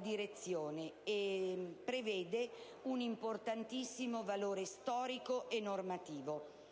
direzione e possiede un importantissimo valore storico e normativo.